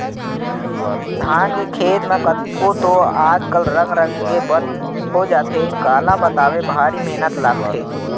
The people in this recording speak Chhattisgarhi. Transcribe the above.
धान के खेत म कतको तो आज कल रंग रंग के बन हो जाथे काला बताबे भारी मेहनत लागथे